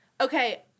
okay